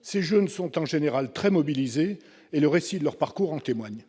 Ces jeunes sont en général très mobilisés, et le récit de leur parcours en témoigne.